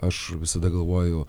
aš visada galvoju